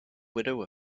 widow